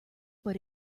but